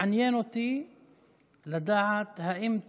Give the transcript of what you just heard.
מעניין אותי לדעת האם תזכו,